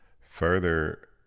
further